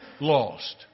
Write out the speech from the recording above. lost